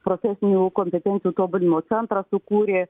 profesinių kompetencijų tobulinimo centrą sukūrė